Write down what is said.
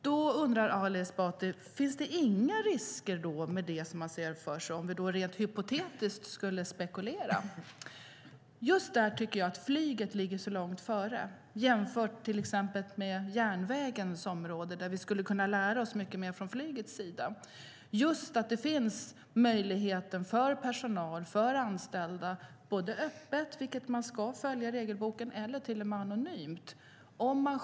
Då undrar Ali Esbati om det inte finns några risker, om vi rent hypotetiskt skulle spekulera om riskerna. Just där tycker jag att flyget ligger långt före till exempel järnvägen. Vi skulle kunna lära oss mycket mer av flyget. Det ska finnas möjlighet för personal, anställda, att öppet - man ska ju följa regelboken - och även anonymt rapportera.